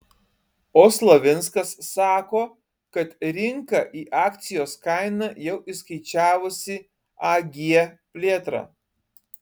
o slavinskas sako kad rinka į akcijos kainą jau įskaičiavusi ag plėtrą